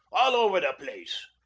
all over the place.